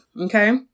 Okay